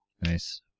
Nice